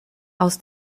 aus